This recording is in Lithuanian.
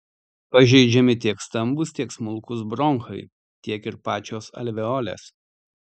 pažeidžiami tiek stambūs tiek smulkūs bronchai tiek ir pačios alveolės